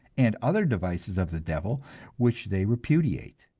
and other devices of the devil which they repudiate.